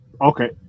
okay